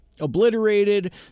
obliterated